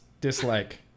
Dislike